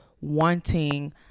wanting